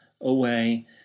away